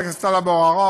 חבר הכנסת טלב אבו עראר,